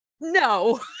No